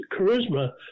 charisma